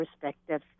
perspectives